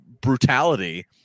brutality